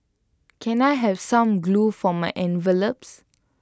can I have some glue for my envelopes